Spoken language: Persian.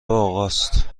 آقاست